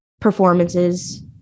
performances